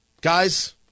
Guys